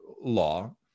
law